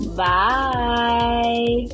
bye